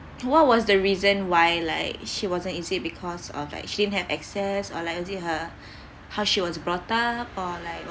what was the reason why like she wasn't easy because of like she didn't have access or like is it her how she was brought up or like what